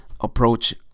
approach